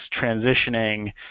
transitioning